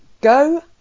go